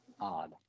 odd